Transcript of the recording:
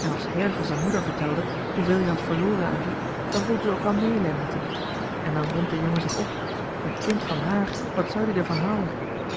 en als her van zijn moeder vertelde hoeveel ie had verloren aan die dan voelde ze ook wel meelij met um en dan wond de jongen zich op en kind van haar wat zou-ie d'er van hou'en